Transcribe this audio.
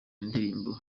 indirimbo